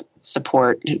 support